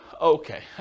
Okay